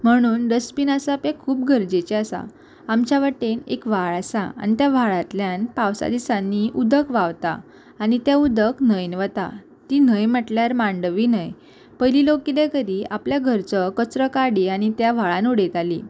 म्हणून डस्टबीन आसा पळय खूब गरजेचे आसा आमच्या वाटेन एक व्हाळ आसा आनी त्या व्हाळांतल्यान पावसा दिसांनी उदक व्हावता आनी तें उदक न्हंयन वता ती न्हंय म्हटल्यार मांडवी न्हंय पयली लोक किदें करी आपल्या घरचो कचरो काडी आनी त्या व्हाळान उडयताली